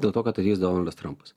dėl to kad ateis donaldas trampas